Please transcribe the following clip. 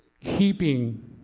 keeping